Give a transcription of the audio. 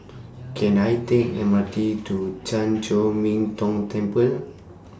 Can I Take M R T to Chan Chor Min Tong Temple